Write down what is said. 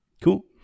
Cool